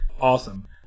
Awesome